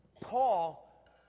Paul